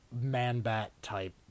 man-bat-type